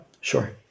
Sure